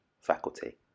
faculty